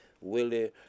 Willie